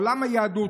עולם היהדות,